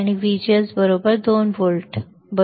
आता माझ्याकडे असल्यास VT 1 volt VGS 2 volt VGD